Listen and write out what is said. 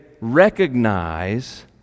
recognize